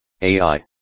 AI